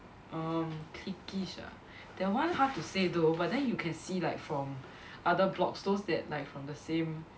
err cliqueish ah that one hard to say though but then you can see like from other blocks those that like from the same